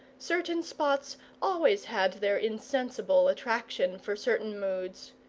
certain spots always had their insensible attraction for certain moods.